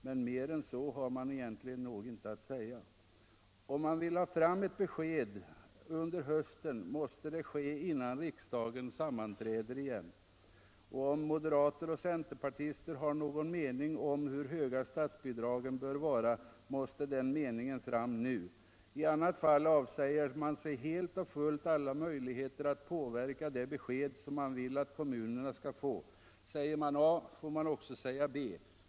Men mer än så har man egendomligt nog inte att säga. Om man vill ha fram ett sådant besked under hösten måste det ske innan riksdagen sammanträder igen. Har moderater och centerpartister någon mening om hur höga statsbidragen bör vara måste den meningen fram nu. I annat fall avsäger man sig helt och fullt alla möjligheter att påverka det besked man vill att kommunerna skall få. Säger man A får man också säga B.